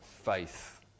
Faith